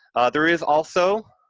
there is also